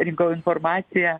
rinkau informaciją